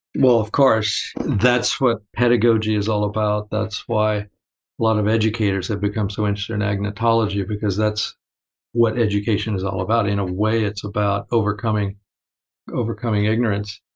well of course, that's what pedagogy is all about. that's why a lot of educators have become so interested in agnotology because that's what education is all about. in a way it's about overcoming overcoming ignorance.